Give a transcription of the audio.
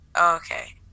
okay